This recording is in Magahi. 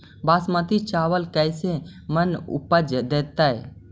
बासमती चावल कैसे मन उपज देतै?